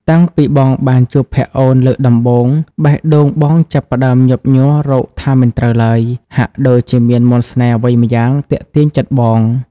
តាំងពីបងបានជួបភក្រ្តអូនលើកដំបូង បេះដូងបងចាប់ផ្តើមញាប់ញ័ររកថាមិនត្រូវឡើយ ហាក់ដូចជាមានមន្តស្នេហ៍អ្វីម្យ៉ាងទាក់ទាញចិត្តបង។